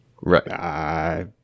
Right